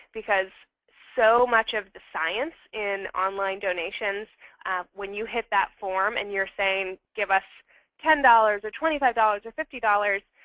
because so much of the science in online donations when you hit that form and you're saying, give us ten dollars, or twenty five dollars, or fifty dollars,